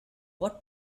what